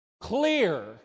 Clear